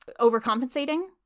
overcompensating